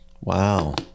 wow